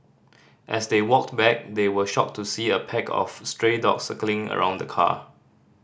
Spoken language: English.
as they walked back they were shocked to see a pack of stray dogs circling around the car